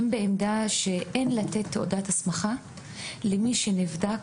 היא שאין לתת תעודת הסמכה למי שנבדק